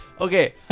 Okay